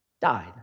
died